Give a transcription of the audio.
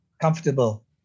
comfortable